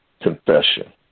confession